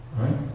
Right